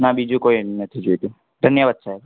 ના બીજું કોઇ એન નથી જોઈતું ધન્યવાદ સાહેબ